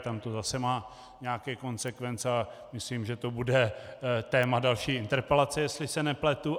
Tam to zase má nějaké konsekvence, ale myslím, že to bude téma další interpelace, jestli se nepletu.